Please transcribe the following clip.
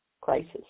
crisis